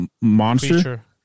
monster